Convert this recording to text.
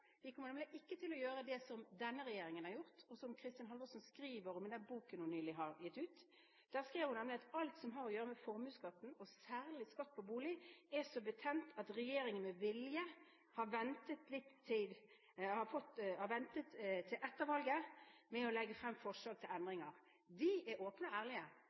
vi kommer til å vise retningen på dette. Vi kommer ikke til å gjøre det som denne regjeringen har gjort, og som Kristin Halvorsen skriver om i den boken hun nylig har gitt ut. Der skriver hun at alt som har å gjøre med formuesskatten, og særlig skatt på bolig, er så betent at regjeringen med vilje ventet til etter valget med å legge frem forslag til endringer. Vi er åpne og ærlige.